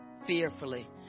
Fearfully